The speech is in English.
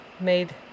made